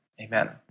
Amen